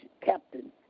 captain